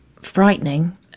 frightening